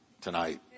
tonight